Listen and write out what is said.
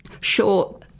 Sure